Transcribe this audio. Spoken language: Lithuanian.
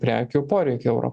prekių poreikio euro